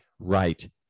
Right